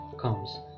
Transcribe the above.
comes